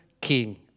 king